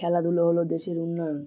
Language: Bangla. খেলাধুলো হল দেশের উন্নয়ন